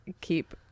keep